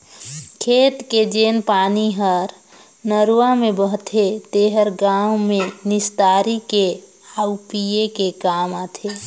खेत के जेन पानी हर नरूवा में बहथे तेहर गांव में निस्तारी के आउ पिए के काम आथे